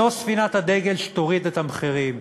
זו ספינת הדגל שתוריד את המחירים,